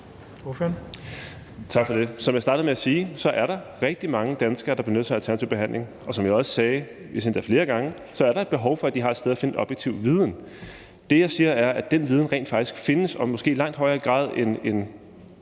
Som jeg startede med at sige, er der rigtig mange danskere, der benytter sig af alternativ behandling. Og som jeg også sagde, endda flere gange, er der et behov for, at de har et sted at finde objektiv viden. Det, jeg siger, er, at den viden rent faktisk findes og måske i langt højere grad, end fru